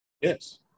Yes